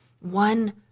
one